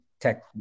tech